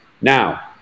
Now